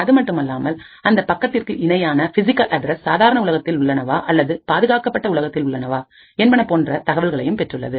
அதுமட்டுமல்லாமல் அந்தப் பக்கத்திற்கு இணையான பிசிகல் அட்ரஸ் சாதாரண உலகத்தில் உள்ளனவா அல்லது பாதுகாக்கப்பட்ட உலகத்தில் உள்ளனவா என்பன போன்ற தகவல்களையும் பெற்றுள்ளது